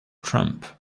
trump